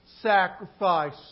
Sacrifice